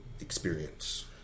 experience